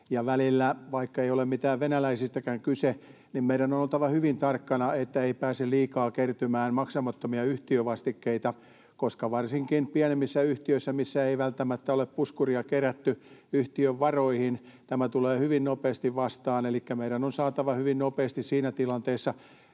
välillä, vaikka ei ole mistään venäläisistäkään kyse, meidän on oltava hyvin tarkkana, että ei pääse liikaa kertymään maksamattomia yhtiövastikkeita, koska varsinkin pienemmissä yhtiöissä, missä ei välttämättä ole puskuria kerätty yhtiön varoihin, tämä tulee hyvin nopeasti vastaan. Elikkä meidän on saatava hyvin nopeasti siinä tilanteessa